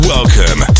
Welcome